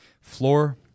Floor